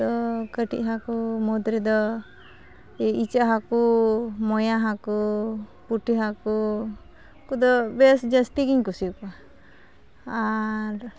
ᱛᱚ ᱠᱟᱹᱴᱤᱡ ᱦᱟᱹᱠᱩᱠᱚ ᱢᱩᱫᱽᱨᱮᱫᱚ ᱤᱪᱟᱹᱜ ᱦᱟᱹᱠᱩ ᱢᱚᱭᱟ ᱦᱟᱹᱠᱩ ᱯᱩᱴᱷᱤ ᱦᱟᱹᱠᱩ ᱩᱱᱠᱚᱫᱚ ᱵᱮᱥ ᱡᱟᱹᱥᱛᱤᱜᱮᱧ ᱠᱩᱥᱤᱣᱟᱠᱚᱣᱟ ᱟᱨ